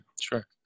sure